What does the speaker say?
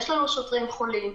יש לנו שוטרים חולים.